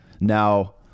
Now